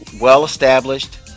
well-established